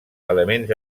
elements